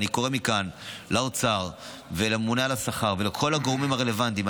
ואני קורא מכאן לאוצר ולממונה על השכר ולכל הגורמים הרלוונטיים,